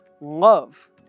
love